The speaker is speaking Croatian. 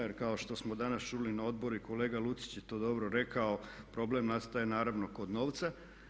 Jer kao što smo danas čuli na odboru i kolega Lucić je to dobro rekao problem nastaje naravno kod novca.